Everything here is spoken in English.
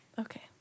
Okay